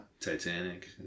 Titanic